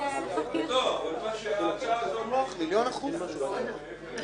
כל כך הרבה אנשים מצטערים שנכנסו לעניין,